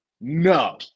no